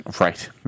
right